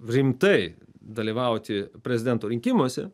rimtai dalyvauti prezidento rinkimuose